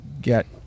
get